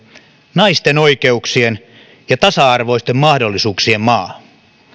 naisten oikeuksien ja tasa arvoisten mahdollisuuksien maa